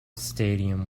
stadium